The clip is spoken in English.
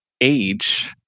age